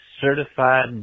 certified